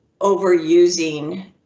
overusing